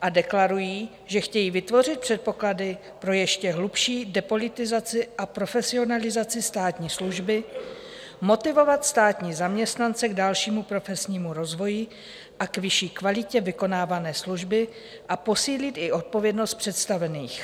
a deklarují, že chtějí vytvořit předpoklady pro ještě hlubší depolitizaci a profesionalizaci státní služby, motivovat státní zaměstnance k dalšímu profesnímu rozvoji a k vyšší kvalitě vykonávané služby a posílit i odpovědnost představených.